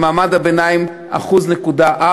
למעמד הביניים ב-1.4%,